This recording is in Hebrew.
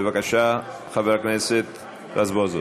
בבקשה, חבר הכנסת רזבוזוב.